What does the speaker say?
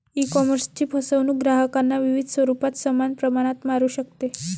ईकॉमर्सची फसवणूक ग्राहकांना विविध स्वरूपात समान प्रमाणात मारू शकते